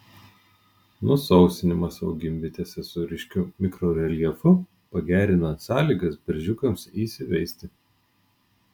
nusausinimas augimvietėse su ryškiu mikroreljefu pagerina sąlygas beržiukams įsiveisti